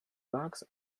bags